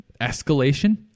escalation